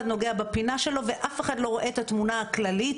נוגע בפינה שלו ואף אחד לא רואה את התמונה הכללית.